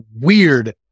weird